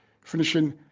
finishing